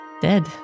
dead